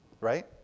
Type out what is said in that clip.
Right